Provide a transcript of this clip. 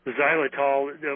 xylitol